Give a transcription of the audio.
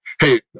Hey